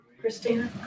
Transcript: Christina